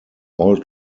all